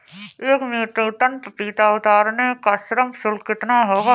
एक metric ton पपीता उतारने का श्रम शुल्क कितना होगा?